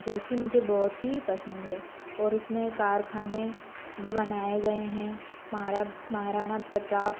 जो कि मुझे बहुत ही पसंद है और उसमें कारखाने भी बनाए गए हैं महाराणा प्रताप